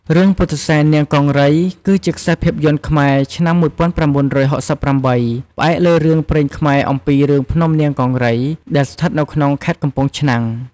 រឿង ពុទ្ធិសែននាងកង្រី គឺជាខ្សែភាពយន្តខ្មែរឆ្នាំ១៩៦៨ ផ្អែកលើរឿងព្រេងខ្មែរអំពីរឿងភ្នំនាងកង្រី ដែលស្ថិតនៅក្នុងខេត្តកំពង់ឆ្នាំង។